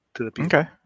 Okay